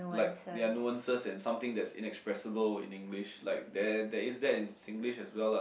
like there are nuances and something that is inexpressible in English like there there is that in Singlish as well lah